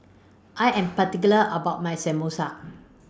I Am particular about My Samosa